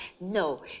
no